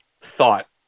thought